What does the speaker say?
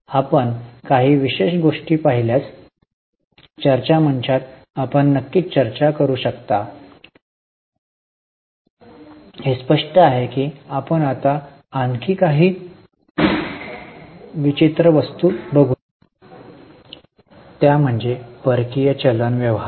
आपण काही विशेष गोष्टी पाहिल्यास चर्चा मंचात आपण नक्कीच चर्चा करू शकता हे स्पष्ट आहे की आपण आता आणखी काही विचित्र वस्तू बघूया त्या म्हणजे परकीय चलन व्यवहार